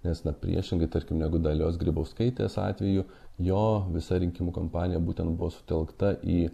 nes priešingai tarkim negu dalios grybauskaitės atveju jo visa rinkimų kampanija būtent buvo sutelkta į